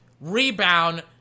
rebound